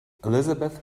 elizabeth